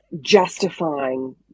justifying